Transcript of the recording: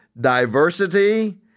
diversity